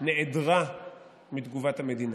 נעדרה מתגובת המדינה.